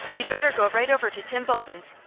you'd better go right over to tim bolton's.